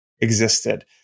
existed